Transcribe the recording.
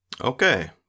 Okay